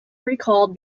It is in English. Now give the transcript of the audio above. recalled